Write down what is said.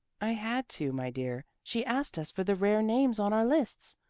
i had to, my dear. she asked us for the rare names on our lists.